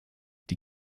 die